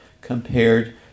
compared